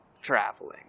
traveling